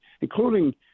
including